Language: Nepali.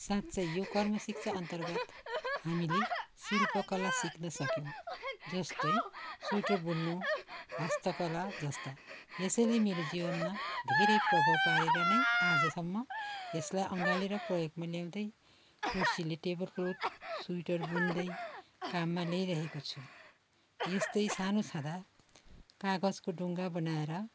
साँच्चै यो कर्म शिक्षा अन्तर्गत हामीले शिल्पकला सिक्न सक्यौँ जस्तै स्वेटर बुन्नु हस्तकला जस्ता यसैले मेरो जीवनमा धेरै प्रभाव पारेर नै आजसम्म यसलाई अँगालेर प्रयोगमा ल्याउँदै कसैले टेबल क्लोथ स्वेटर बुन्दै काममा ल्याइरहेको छु यस्तै सानो छँदा कागजको डुङ्गा बनाएर